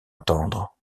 attendre